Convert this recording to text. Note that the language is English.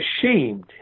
ashamed